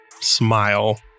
smile